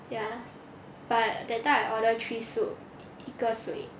ya but that time I order three soup 一个水